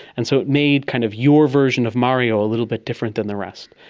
and so it made kind of your version of mario a little bit different than the rest.